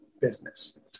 business